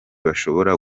bashobora